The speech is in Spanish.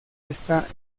esta